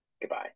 Goodbye